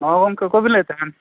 ᱦᱮᱸ ᱜᱚᱢᱠᱮ ᱚᱠᱚᱭᱵᱤᱱ ᱞᱟᱹᱭᱮᱫ ᱛᱟᱦᱮᱱ